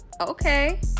okay